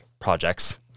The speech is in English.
Projects